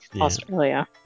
Australia